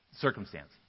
circumstance